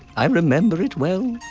i remember it well.